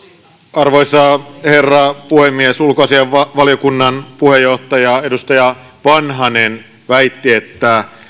arvoisa herra puhemies ulkoasiainvaliokunnan puheenjohtaja edustaja vanhanen väitti että